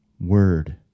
word